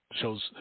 shows